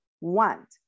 want